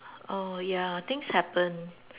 oh ya things happen